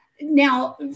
Now